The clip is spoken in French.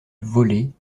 volé